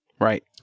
Right